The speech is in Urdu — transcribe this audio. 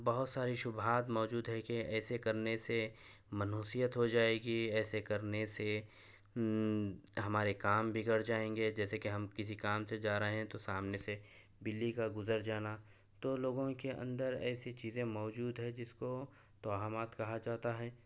بہت ساری شبہات موجود ہے کہ ایسے کرنے سے منحوسیت ہو جائے گی ایسے کرنے سے ہمارے کام بگڑ جائیں گے جیسے کہ ہم کسی کام سے جا رہے ہیں تو سامنے سے بلی کا گزر جانا تو لوگوں کے اندر ایسی چیزیں موجود ہیں جس کو توہمات کہا جاتا ہے